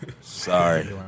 Sorry